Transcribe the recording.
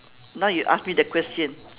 now you ask me the question